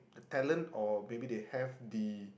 talent or maybe they have the